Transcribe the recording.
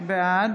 בעד